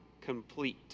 complete